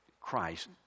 Christ